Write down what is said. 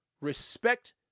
Respect